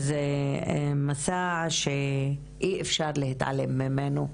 זה מסע שאי אפשר להתעלם ממנו,